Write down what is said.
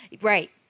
Right